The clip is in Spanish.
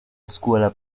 escuela